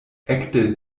ekde